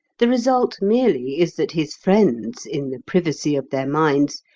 the result merely is that his friends, in the privacy of their minds,